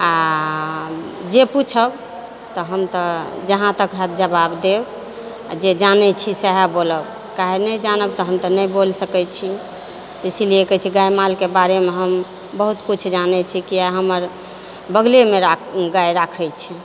आ जे पूछब तऽ हम तऽ जहाँतक होयत जवाब देब आ जे जानै छी सएह बोलब काहे नहि जानब तऽ हम तऽ नहि बोल सकै छी इसीलिए कहै छी गाए मालके बारेमे हम बहुत कुछ जानै छी किया हमर बगलेमे रा गाए राखै छै